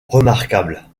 remarquables